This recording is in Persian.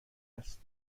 هست